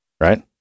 Right